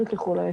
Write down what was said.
מי זכה?